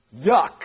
yuck